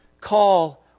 call